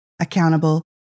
accountable